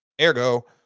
Ergo